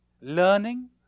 learning